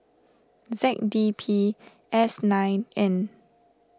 Z D P S nine N